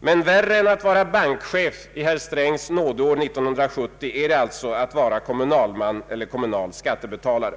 Men värre än att vara bankchef i herr Strängs nådeår 1970 är alltså att vara kommunalman eller kommunal skattebetalare.